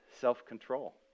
self-control